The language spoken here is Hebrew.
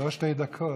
לא שתי דקות.